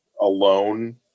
alone